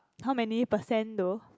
how many percent though